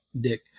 dick